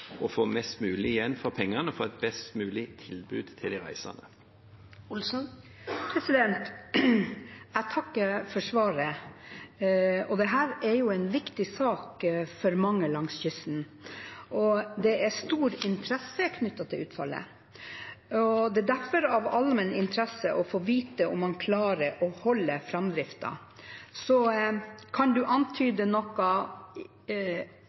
å få mest mulig igjen for pengene og et best mulig tilbud for de reisende. Jeg takker for svaret. Dette er en viktig sak for mange langs kysten, og det er stor interesse knyttet til utfallet. Derfor er det av allmenn interesse å få vite om man klarer å holde framdriften. Kan statsråden antyde noe